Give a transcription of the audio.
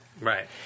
Right